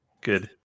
good